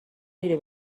میری